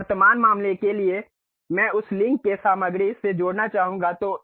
अब वर्तमान मामले के लिए मैं उस लिंक से सामग्री जोड़ना चाहूंगा